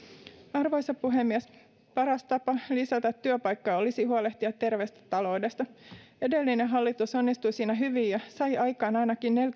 arvoisa puhemies paras tapa lisätä työpaikkoja olisi huolehtia terveestä taloudesta edellinen hallitus onnistui siinä hyvin ja sai aikaan ainakin